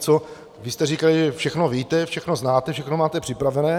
Vy jste říkali, že všechno víte, všechno znáte, všechno máte připravené.